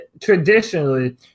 traditionally